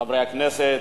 חברי הכנסת,